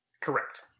Correct